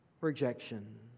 rejection